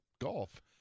golf